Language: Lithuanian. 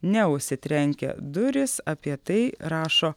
neužsitrenkia durys apie tai rašo